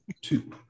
Two